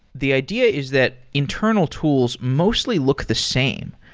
the idea is that internal tools mostly look the same.